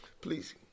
Please